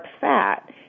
fat